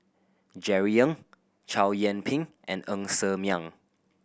Jerry Ng Chow Yian Ping and Ng Ser Miang